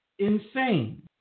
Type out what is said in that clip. insane